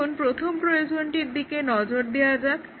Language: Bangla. এখন প্রথম প্রয়োজনটির দিকে নজর দেওয়া যাক